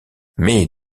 mais